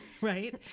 right